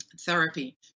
therapy